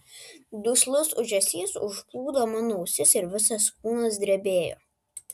duslus ūžesys užplūdo mano ausis ir visas kūnas drebėjo